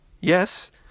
Yes